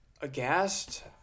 aghast